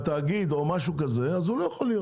בתאגיד או משהו כזה, אז הוא לא יכול להיות.